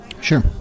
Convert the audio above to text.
Sure